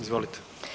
Izvolite.